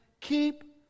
keep